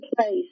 place